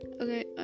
okay